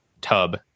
tub